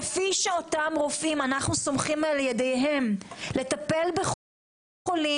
כפי שאותם רופאים אנחנו סומכים על ידיהם לטפל בחולים,